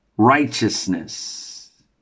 Righteousness